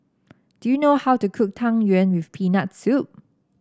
do you know how to cook Tang Yuen with Peanut Soup